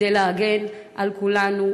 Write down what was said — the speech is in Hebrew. כדי להגן על כולנו,